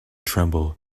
tremble